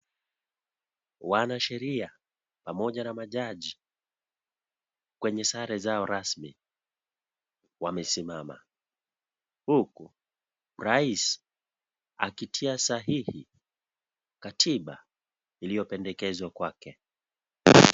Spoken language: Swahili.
Wanasheria pamoja na majaji, kwenye sare zao rasmi, wamesimama huku Rais akitia sahihi katiba iliyopendekezwa kwake.